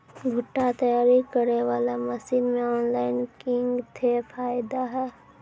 भुट्टा तैयारी करें बाला मसीन मे ऑनलाइन किंग थे फायदा हे?